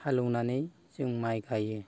हालोवनानै जों माइ गायो